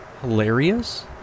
hilarious